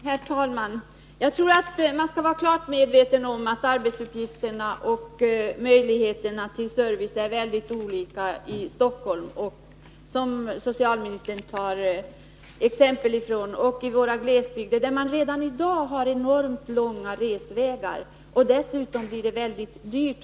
Herr talman! Man måste vara medveten om att arbetsuppgifterna och möjligheterna till service i Stockholm, som socialministern tar exempel ifrån, är väldigt olika dem som gäller i våra glesbygder, där man redan i dag har långa och dessutom dyra resvägar.